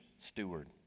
steward